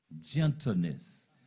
gentleness